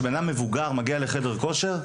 שכאשר אדם מבוגר מגיע לחדר הכושר,